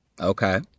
Okay